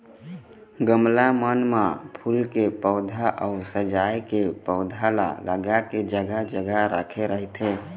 गमला मन म फूल के पउधा अउ सजाय के पउधा ल लगा के जघा जघा राखे रहिथे